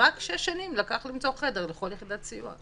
רק שש שנים לקח למצוא חדר לכל יחידת סיוע,